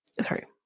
sorry